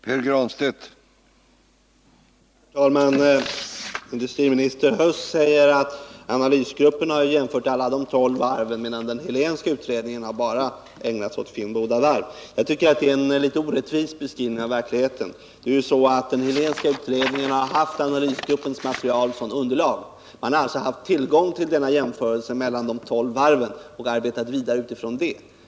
Herr talman! Industriminister Huss säger att analysgruppen har ägnat sig åt alla de tolv varven, medan den Helénska utredningen bara ägnat sig åt Finnboda varv. Det är, tror jag, en ganska orättvis beskrivning av verkligheten. Den Helénska utredningen har ju haft analysgruppens material som underlag. Man har alltså haft tillgång till en utredning, där man gjort en jämförelse mellan de tolv varven, och sedan har man arbetat vidare utifrån denna.